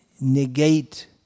negate